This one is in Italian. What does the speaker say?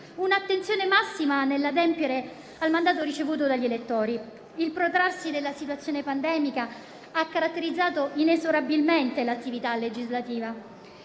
un'attenzione massima nell'adempiere al mandato ricevuto dagli elettori. Il protrarsi della situazione pandemica ha caratterizzato inesorabilmente l'attività legislativa